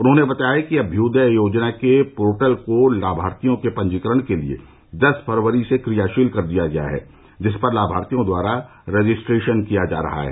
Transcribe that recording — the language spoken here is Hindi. उन्होंने बताया कि अम्यूदय योजना के पोर्टल को लामार्थियों के पंजीकरण के लिये दस फरवरी से क्रियाशील कर दिया गया है जिस पर लाभार्थियों द्वारा रजिस्ट्रेशन किया जा रहा है